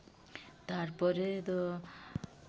ᱛᱟᱨᱯᱚᱨᱮ ᱫᱚ